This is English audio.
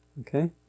Okay